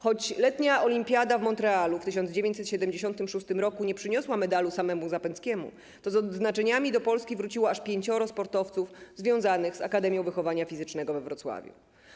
Choć letnia olimpiada w Montrealu w 1976 r. nie przyniosła medalu samemu Zapędzkiemu, to z odznaczeniami do Polski wróciło aż pięcioro sportowców związanych z Akademią Wychowania Fizycznego we Wrocławiu.